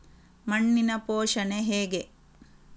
ಮಣ್ಣಿನ ಪೋಷಣೆ ಹೇಗೆ?